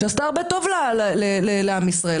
שעשתה הרבה טוב לעם ישראל,